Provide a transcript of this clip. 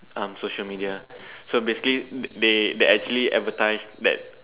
um social media so basically they they actually advertised that